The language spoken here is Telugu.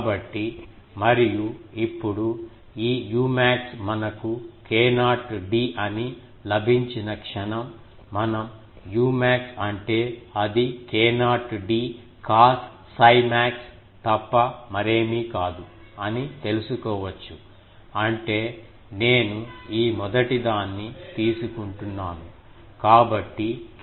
కాబట్టి మరియు ఇప్పుడు ఈ umax మనకు k0 d అని లభించిన క్షణం మనం umax అంటే అది k0 d cos 𝜓 max తప్ప మరేమీ కాదు అని తెలుసుకోవచ్చు అంటే నేను ఈ మొదటిదాన్ని తీసుకుంటున్నాను కాబట్టి k0 d